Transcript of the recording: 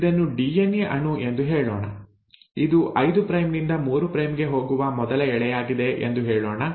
ಇದನ್ನು ಡಿಎನ್ಎ ಅಣು ಎಂದು ಹೇಳೋಣ ಇದು 5 ಪ್ರೈಮ್ ನಿಂದ 3 ಪ್ರೈಮ್ ಗೆ ಹೋಗುವ ಮೊದಲ ಎಳೆಯಾಗಿದೆ ಎಂದು ಹೇಳೋಣ